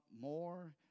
more